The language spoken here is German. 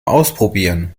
ausprobieren